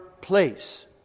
place